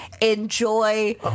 enjoy